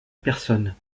personne